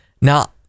Now